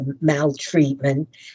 maltreatment